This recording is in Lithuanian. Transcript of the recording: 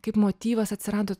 kaip motyvas atsirado